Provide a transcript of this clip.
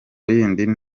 y’idini